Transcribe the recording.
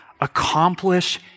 Accomplish